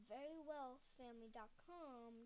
VeryWellFamily.com